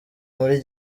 muri